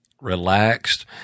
relaxed